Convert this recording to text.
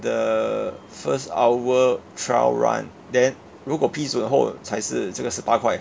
the first hour trial run then 如果批准后才是这个十八块